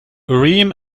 urim